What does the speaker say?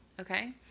Okay